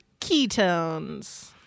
ketones